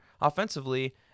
offensively